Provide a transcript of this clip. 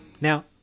Now